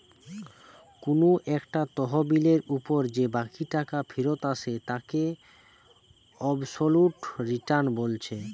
কুনু একটা তহবিলের উপর যে বাকি টাকা ফিরত আসে তাকে অবসোলুট রিটার্ন বলছে